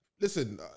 Listen